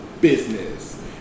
business